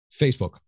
Facebook